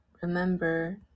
Remember